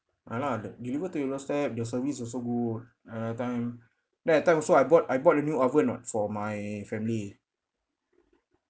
ah lah de~ deliver to your doorstep the service also good err time then that time also I bought I bought a new oven [what] for my family